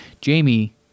Jamie